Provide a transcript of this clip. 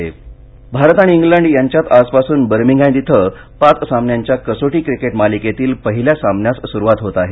cricket Bharat आणि England यांच्यात आजपासून वर्मिंगहॅम इथं पाच सामन्यांच्या कसोटी क्रिकेट मालिकेतील पहिल्या सामन्यास सुरुवात होत आहे